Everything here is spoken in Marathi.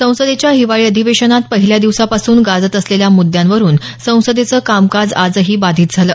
संसदेच्या हिवाळी अधिवेशनात पहिल्या दिवसापासून गाजत असलेल्या म्द्यांवरून संसदेचं कामकाज आजही बाधित झालं